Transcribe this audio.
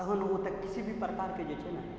तहन ओतऽ किसी भी प्रकारके जे छै ने